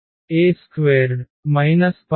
A2 12A 13